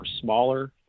smaller